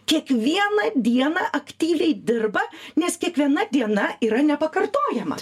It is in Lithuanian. kiekvieną dieną aktyviai dirba nes kiekviena diena yra nepakartojama